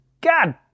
God